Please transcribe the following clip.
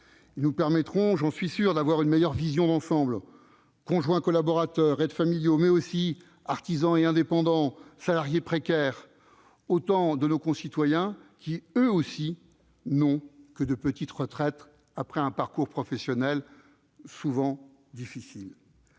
Ils nous permettront, j'en suis sûr, d'avoir une meilleure vision d'ensemble : conjoints collaborateurs, aides familiaux, mais aussi artisans et indépendants, salariés précaires, autant de nos concitoyens qui, eux aussi, perçoivent généralement des petites retraites après un parcours professionnel souvent difficile.